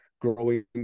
growing